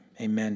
Amen